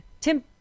Tim